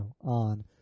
on